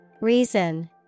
Reason